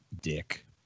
Dick